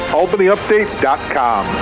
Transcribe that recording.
albanyupdate.com